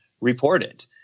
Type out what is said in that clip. reported